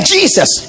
Jesus